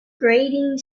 grating